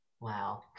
Wow